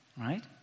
right